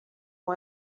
com